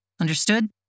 Understood